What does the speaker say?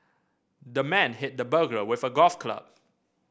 the man hit the burglar with a golf club